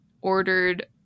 ordered